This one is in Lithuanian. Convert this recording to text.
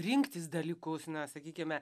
rinktis dalykus na sakykime